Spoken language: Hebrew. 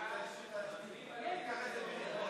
ההצעה להעביר את הנושא לוועדה לא נתקבלה.